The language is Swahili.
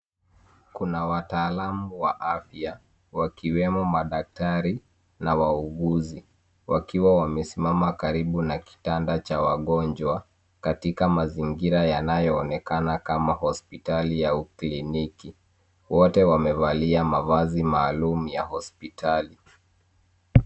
Kuna wataalamu wa afya, wakiwemo madaktari, na wauguzi wakiwa wamesimama karibu na kitanda cha wagonjwa, katika mazingira yanayoonekana hospitali au kliniki. Wote wamevalia mavazi maalumu ya hospitali.